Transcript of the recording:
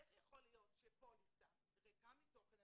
איך יכול להיות שפוליסה ריקה מתוכן,